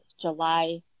July